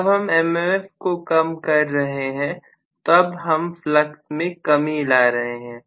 जब हम MMF को कम कर रहे हैं तब हम फ्लक्स में कमी ला रहे हैं